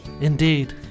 Indeed